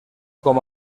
com